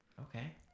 Okay